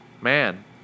man